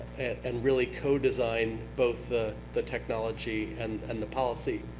and really co-design both the the technology and and the policy.